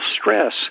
stress